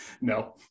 No